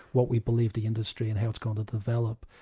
what we believe the industry and how it's going to develop,